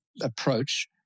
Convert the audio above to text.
approach